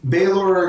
Baylor